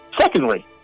Secondly